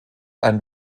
ein